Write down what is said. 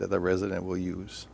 the resident will use